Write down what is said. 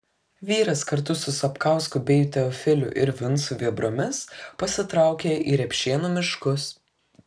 vyras kartu su sapkausku bei teofiliu ir vincu vėbromis pasitraukė į repšėnų miškus